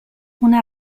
una